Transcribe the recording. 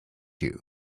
you